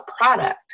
product